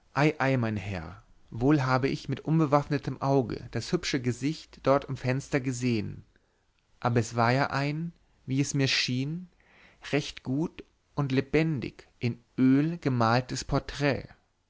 mein herr wohl habe ich mit unbewaffnetem auge das hübsche gesicht dort im fenster gesehen aber es war ja ein wie es mir schien recht gut und lebendig in öl gemaltes porträt